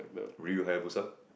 real